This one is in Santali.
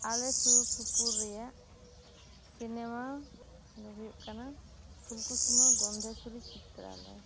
ᱟᱞᱮ ᱥᱩᱨ ᱥᱩᱯᱩᱨ ᱨᱮᱭᱟᱜ ᱥᱤᱱᱮᱢᱟ ᱫᱚ ᱦᱩᱭᱩᱜ ᱠᱟᱱᱟ ᱯᱷᱩᱞᱠᱩᱥᱢᱟᱹ ᱜᱚᱱᱫᱷᱮᱥᱥᱚᱨᱤ ᱪᱤᱛᱨᱟᱞᱟᱭ